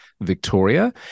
Victoria